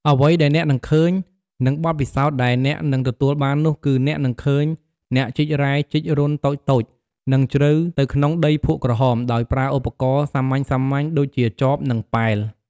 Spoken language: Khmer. អ្វីដែលអ្នកនឹងឃើញ និងបទពិសោធន៍ដែលអ្នកនឹងទទួលបាននោះ គឺអ្នកនឹងឃើញអ្នកជីករ៉ែជីករន្ធតូចៗ និងជ្រៅទៅក្នុងដីភក់ក្រហម ដោយប្រើឧបករណ៍សាមញ្ញៗដូចជាចប និងប៉ែល។